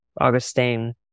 Augustine